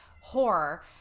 horror